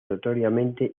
notoriamente